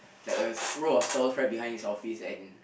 like a row of stalls right behind his office and